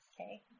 Okay